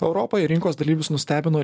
europoje rinkos dalyvius nustebino